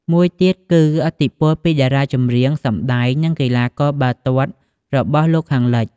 មួយទៀតគឺឥទ្ធិពលពីតារាចម្រៀង សម្ដែង និងកីឡាករបាល់ទាត់របស់លោកខាងលិច។